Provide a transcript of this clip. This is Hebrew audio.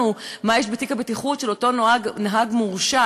מה יש בתיק הבטיחות של אותו נהג מורשע?